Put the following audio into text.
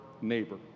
neighbor